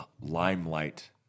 limelight